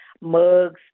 mugs